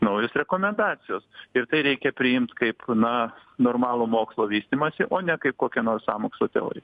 naujos rekomendacijos ir tai reikia priimt kaip na normalų mokslo vystymąsi o ne kokią nors sąmokslo teori